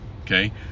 Okay